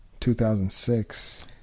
2006